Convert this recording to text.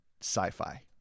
sci-fi